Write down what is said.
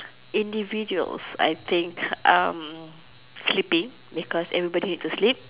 individual I think um sleeping because everybody need to sleep